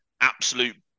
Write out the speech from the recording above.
absolute